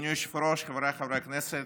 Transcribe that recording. אדוני היושב-ראש, חבריי חברי הכנסת,